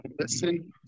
Listen